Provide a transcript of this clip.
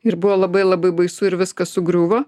ir buvo labai labai baisu ir viskas sugriuvo